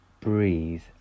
breathe